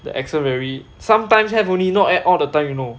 the acccent very sometimes have only not at all the time you know